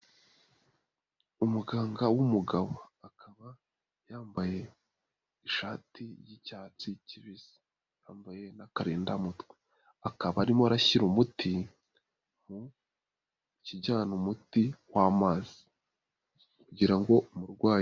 Umuganga w'umugabo akaba yambaye ishati y'icyatsi kibisi, yambaye n'akarindamutwe, akaba arimo arashyira umuti mu kijyana umuti w'amazi kugira ngo umurwayi.